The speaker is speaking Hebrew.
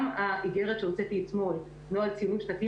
גם האיגרת שהוצאתי אתמול נוהל ציונים שנתיים